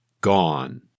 Gone